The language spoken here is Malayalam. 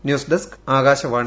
news desk Akashvani